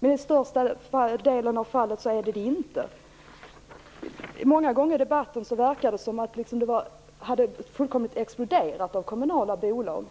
ibland. Men i de flesta fall blir det inte problem. Många gånger verkar det i debatten som om det hade varit en explosion av kommunala bolag.